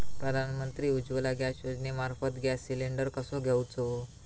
प्रधानमंत्री उज्वला योजनेमार्फत gas cylinder कसो घेऊचो?